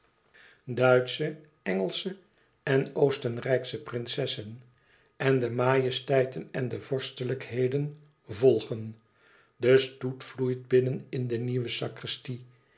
duitsche engelsche en oostenrijksche prinsessen en de majesteiten en de vorstelijkheden volgen de stoet vloeit binnen in de nieuwe sacristie